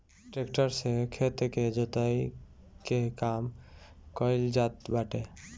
tractor से खेत के जोताई के काम कइल जात बाटे